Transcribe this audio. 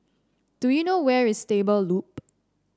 do you know where is Stable Loop